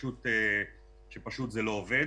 שפשוט זה לא עובד.